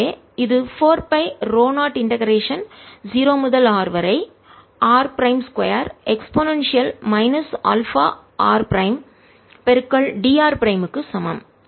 எனவே இது 4 pi ρ0 integration ஒருங்கிணைத்தல் 0 முதல் r வரை r prime e αr d r prime க்கு சமம்